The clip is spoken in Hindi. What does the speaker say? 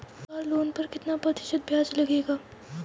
कार लोन पर कितना प्रतिशत ब्याज लगेगा?